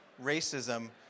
racism